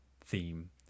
theme